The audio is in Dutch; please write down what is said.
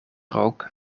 rook